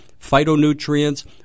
phytonutrients